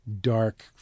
dark